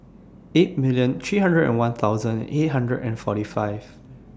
eight million three hundred and one thousand eight hundred and forty five